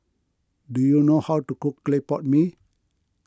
do you know how to cook Clay Pot Mee